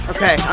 Okay